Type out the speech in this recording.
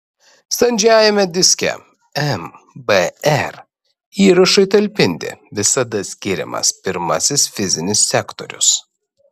standžiajame diske mbr įrašui talpinti visada skiriamas pirmasis fizinis sektorius